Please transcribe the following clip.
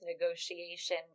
negotiation